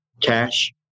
cash